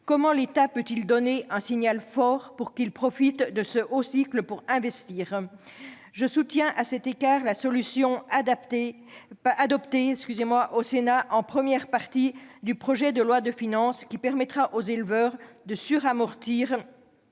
Comment l'État peut-il leur donner un signal fort pour qu'ils profitent de ce haut de cycle pour investir ? Je soutiens, à cet égard, la solution adoptée par le Sénat lors de l'examen de la première partie du projet de loi de finances, qui permettra aux éleveurs de suramortir